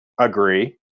Agree